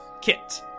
Kit